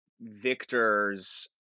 victor's